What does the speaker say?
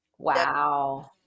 Wow